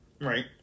right